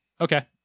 Okay